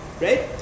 right